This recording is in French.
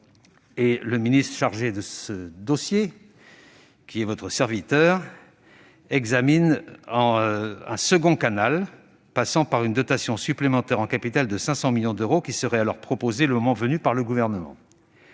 et le ministre chargé de ce dossier, c'est-à-dire votre serviteur, examinent un second canal, passant par une dotation supplémentaire en capital de 500 millions d'euros qui serait proposée le moment venu par le Gouvernement.